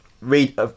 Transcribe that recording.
read